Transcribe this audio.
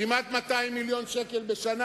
כמעט 200 מיליון שקל בשנה,